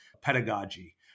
pedagogy